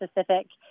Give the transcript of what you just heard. specific